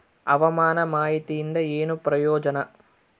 ಹವಾಮಾನ ಮಾಹಿತಿಯಿಂದ ಏನು ಪ್ರಯೋಜನ?